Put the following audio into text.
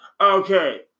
Okay